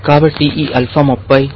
కాబట్టి ఈ ఆల్ఫా 30